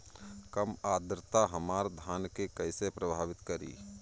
कम आद्रता हमार धान के कइसे प्रभावित करी?